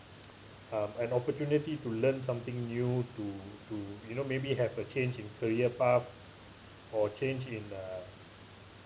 um an opportunity to learn something new to to you know maybe have a change in career path or change in uh